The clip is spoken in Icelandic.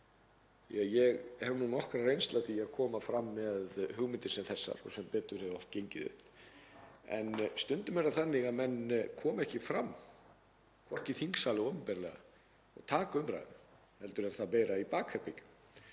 Ég hef nú nokkra reynslu af því að koma fram með hugmyndir sem þessar og sem betur hefur það oft gengið upp. En stundum er það þannig að menn koma ekki fram, hvorki í þingsal né opinberlega, og taka umræðuna, heldur er það meira gert